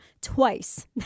twice